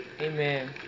amen